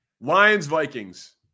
Lions-Vikings